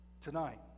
tonight